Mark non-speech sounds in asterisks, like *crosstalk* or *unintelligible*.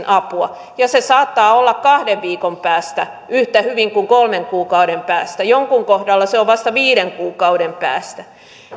*unintelligible* apua se saattaa olla kahden viikon päästä yhtä hyvin kuin kolmen kuukauden päästä jonkun kohdalla se on vasta viiden kuukauden päästä